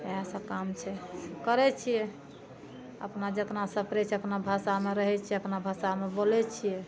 एहए सब काम छै करै छियै अपना जेतना सपरै छियै अपना भाषामे रहै छियै अपना भाषामे बोलै छियै